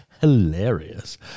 hilarious